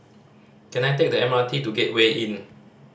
can I take the M R T to Gateway Inn